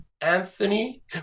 Anthony